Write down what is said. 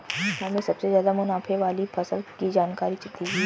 हमें सबसे ज़्यादा मुनाफे वाली फसल की जानकारी दीजिए